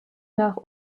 nach